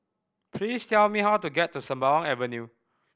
please tell me how to get to Sembawang Avenue